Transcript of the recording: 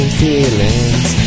feelings